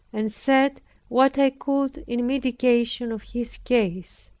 and said what i could in mitigation of his case.